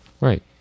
Right